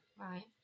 right